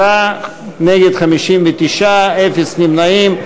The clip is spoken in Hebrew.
47 בעד, 59 נגד, אין נמנעים.